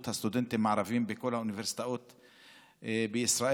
הסטודנטים הערבים בכל האוניברסיטאות בישראל,